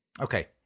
okay